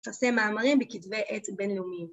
תעשה מאמרים בכתבי עת בינלאומיים.